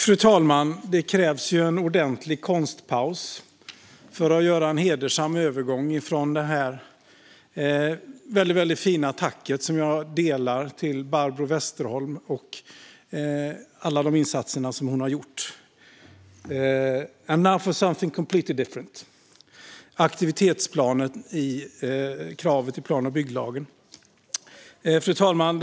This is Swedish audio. Fru talman! Det krävs en ordentlig konstpaus för att göra en hedersam övergång från det väldigt fina tacket, som jag instämmer i, till Barbro Westerholm för alla de insatser hon har gjort. Now to something completely different! Det handlar om aktivitetskravet i plan och bygglagen. Fru talman!